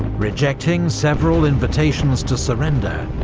rejecting several invitations to surrender,